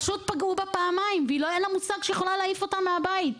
פשוט פגעו בה פעמיים ואין לה מושג שהיא יכולה להעיף אותם מהבית.